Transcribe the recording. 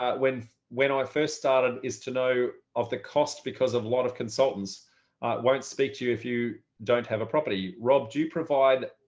ah when when i first started is to know of the cost because a lot of consultants won't speak to you if you don't have a property. rob, do you provide